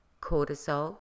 cortisol